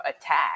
attack